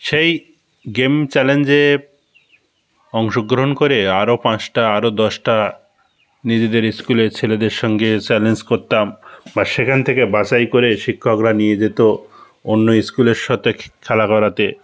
সেই গেম চ্যালেঞ্জে অংশগ্রহণ করে আরও পাঁচটা আরও দশটা নিজেদের স্কুলের ছেলেদের সঙ্গে চ্যালেঞ্জ করতাম বা সেখান থেকে বাছাই করে শিক্ষকরা নিয়ে যেত অন্য স্কুলের সাথে খেলা করাতে